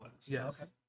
Yes